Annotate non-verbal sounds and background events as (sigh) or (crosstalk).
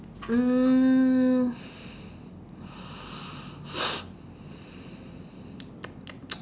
mm (noise)